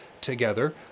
together